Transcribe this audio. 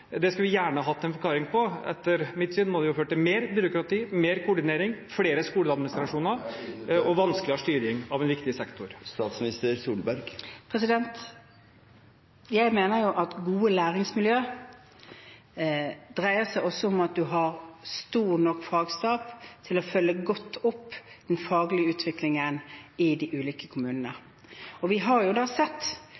skulle jeg gjerne hatt en forklaring på. Etter mitt syn må det føre til mer byråkrati, mer koordinering, flere skoleadministrasjoner og vanskeligere styring av en viktig sektor. Jeg mener at gode læringsmiljø dreier seg også om at man har stor nok fagstab til å følge godt opp den faglige utviklingen i de ulike kommunene. Vi har